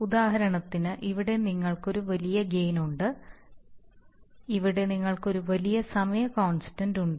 ഉദാഹരണത്തിന് ഇവിടെ നിങ്ങൾക്ക് ഒരു വലിയ ഗെയിൻ ഉണ്ട് ഇവിടെ നിങ്ങൾക്ക് ഒരു വലിയ സമയ കോൺസ്റ്റൻന്റ് ഉണ്ട്